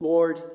Lord